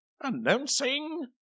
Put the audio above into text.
announcing